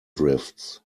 drifts